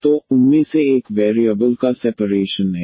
तो उनमें से एक वेरिएबल का सेप्रेसन है